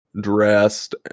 dressed